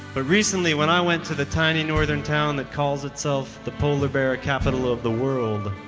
but recently, when i went to the tiny northern town that calls itself the polar bear capital of the world,